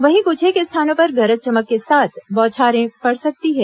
वहीं कुछेक स्थानों पर गरज चमक के साथ बौछारे पड़ सकती हैं